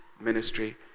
ministry